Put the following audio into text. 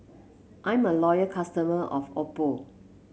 I'm a loyal customer of Oppo